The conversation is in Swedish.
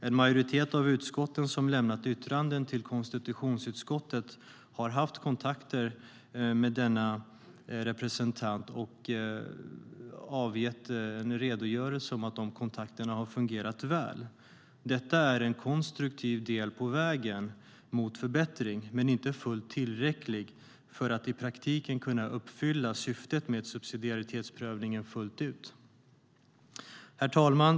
En majoritet av de utskott som lämnat yttranden till konstitutionsutskottet har haft kontakter med denna representant och redogör för att de kontakterna fungerat väl. Detta är en konstruktiv del på vägen mot förbättring, men det är inte fullt tillräckligt för att i praktiken kunna uppfylla syftet med subsidiaritetsprövningen fullt ut. Herr talman!